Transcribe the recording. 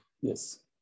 yes